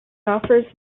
offers